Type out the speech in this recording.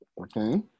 Okay